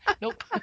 Nope